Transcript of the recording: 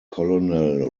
colonel